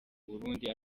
burundi